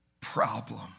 problem